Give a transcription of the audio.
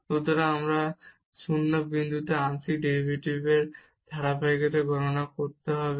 সুতরাং আমাদের 0 বিন্দুতে আংশিক ডেরিভেটিভের ধারাবাহিকতা গণনা করতে হবে